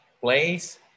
place